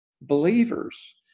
believers